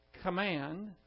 command